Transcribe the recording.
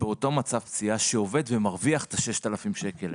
באותו מצב פציעה שעובד ומרוויח את ה-6,000 שקלים האלה?